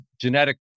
genetic